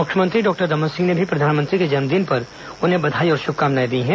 मुख्यमंत्री डॉक्टर रमन सिंह ने भी प्रधानमंत्री के जन्मदिन पर उन्हें बधाई और श्भकामनाएं दी हैं